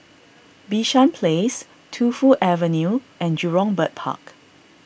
Bishan Place Tu Fu Avenue and Jurong Bird Park